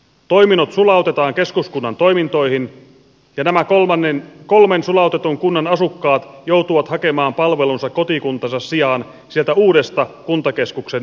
toiminnot sulautetaan keskuskunnan toimintoihin ja nämä kolmen sulautetun kunnan asukkaat joutuvat hakemaan palvelunsa kotikuntansa sijaan sieltä uudesta kuntakeskuksen rakennusvirastosta